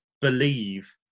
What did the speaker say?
believe